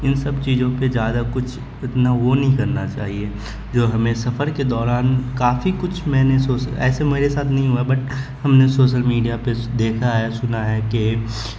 ان سب چیزوں پہ زیادہ کچھ اتنا وہ نہیں کرنا چاہیے جو ہمیں سفر کے دوران کافی کچھ میں نے ایسے میرے ساتھ نہیں ہوا بٹ ہم نے سوشل میڈیا پہ دیکھا ہے سنا ہے کہ